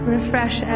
refresh